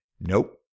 nope